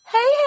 Hey